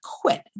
quit